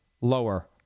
lower